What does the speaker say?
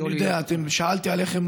אני יודע, שאלתי עליכם.